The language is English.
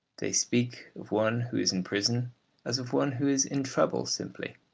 they speak of one who is in prison as of one who is in trouble simply.